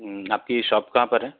आपकी शॉप कहाँ पर है